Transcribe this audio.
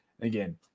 Again